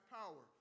power